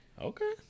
okay